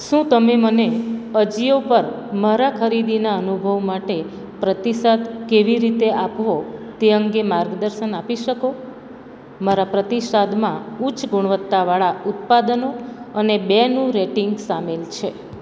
શું તમે મને અજિયો પર મારા ખરીદીના અનુભવ માટે પ્રતિસાદ કેવી રીતે આપવો તે અંગે માર્ગદર્શન આપી શકો મારા પ્રતિસાદમાં ઉચ્ચ ગુણવત્તાવાળા ઉત્પાદનો અને બેનું રેટિંગ સામેલ છે